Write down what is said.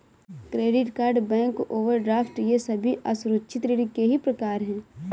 credit card bank overdraft ये सभी असुरक्षित ऋण के ही प्रकार है